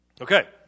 Okay